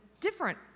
different